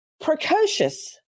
precocious